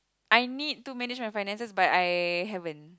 I need to manage my finances but I haven't